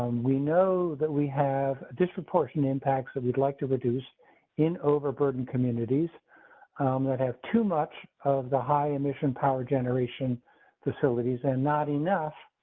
we know that we have a disproportionate impacts that we'd like to reduce in overburden communities that have too much of the high emission power generation facilities and not enough.